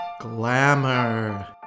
Glamour